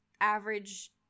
average